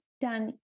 done